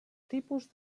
tipus